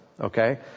Okay